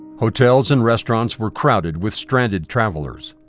hotels and restaurants were crowded with stranded travelers.